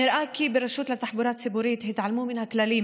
נראה כי ברשות לתחבורה ציבורית התעלמו מן הכללים